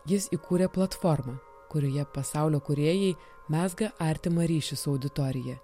jis įkūrė platformą kurioje pasaulio kūrėjai mezga artimą ryšį su auditorija